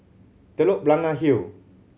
Telok Blangah Hill